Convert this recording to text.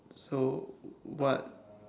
so what